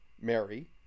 Mary